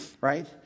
right